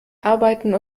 arbeiten